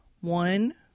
One